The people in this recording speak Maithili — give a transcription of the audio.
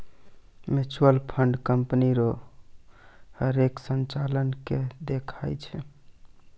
म्यूचुअल फंड कंपनी रो हरेक संचालन के दिखाय छै